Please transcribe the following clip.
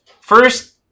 first